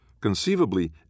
Conceivably